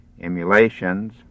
emulations